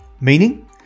Meaning